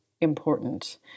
important